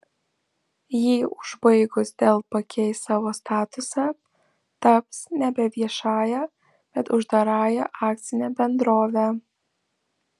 jį užbaigus dell pakeis savo statusą taps nebe viešąja bet uždarąja akcine bendrove